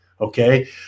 Okay